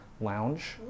Lounge